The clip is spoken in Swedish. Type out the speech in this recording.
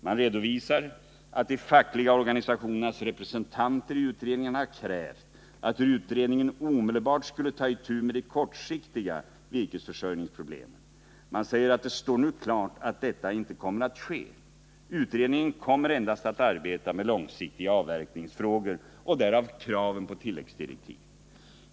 Man redovisar att de fackliga organisationernas representanter i utredningen har krävt att utredningen omedelbart skulle ta itu med de kortsiktiga virkesförsörjningsproblemen. Man säger att det nu står klart att detta inte kommer att ske. Utredningen kommer endast att arbeta med långsiktiga avverkningsfrågor — därav kraven på tilläggsdirektiv.